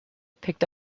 picked